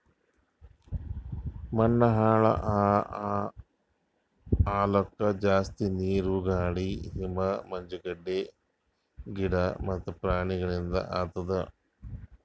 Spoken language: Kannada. ಮಣ್ಣ ಹಾಳ್ ಆಲುಕ್ ಜಾಸ್ತಿ ನೀರು, ಗಾಳಿ, ಹಿಮ, ಮಂಜುಗಡ್ಡೆ, ಗಿಡ ಮತ್ತ ಪ್ರಾಣಿಗೊಳಿಂದ್ ಆತುದ್